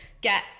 get